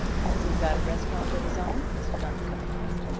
has he got a restaurant of his own? mr. bundercombe asked.